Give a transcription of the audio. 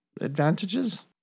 advantages